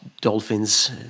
dolphins